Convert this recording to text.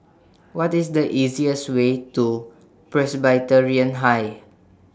What IS The easiest Way to Presbyterian High